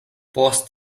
post